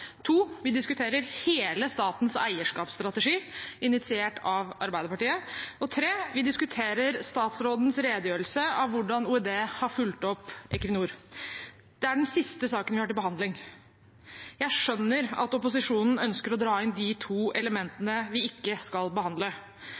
Vi diskuterer hele statens eierskapsstrategi, initiert av Arbeiderpartiet. Vi diskuterer statsrådens redegjørelse for hvordan OED har fulgt opp Equinor. Det er den siste saken vi har til behandling. Jeg skjønner at opposisjonen ønsker å dra inn de to